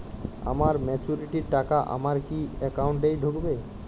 আমার ম্যাচুরিটির টাকা আমার কি অ্যাকাউন্ট এই ঢুকবে?